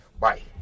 bye